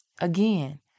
Again